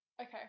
okay